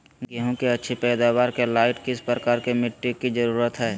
गेंहू की अच्छी पैदाबार के लाइट किस प्रकार की मिटटी की जरुरत है?